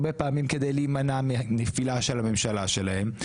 הרבה פעמים כדי להימנע מהנפילה של הממשלה שלהם,